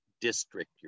district